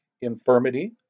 infirmity